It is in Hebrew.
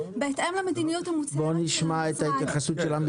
בהתאם למדיניות המוצהרת של המשרד.